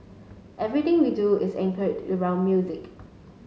everything we do is anchored around music